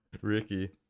ricky